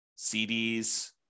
CDs